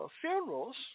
funerals